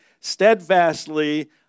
steadfastly